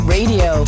Radio